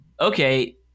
okay